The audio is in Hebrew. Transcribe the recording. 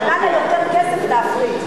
עלה לה יותר כסף להפריט.